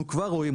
אנחנו כבר רואים,